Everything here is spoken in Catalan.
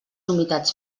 humitats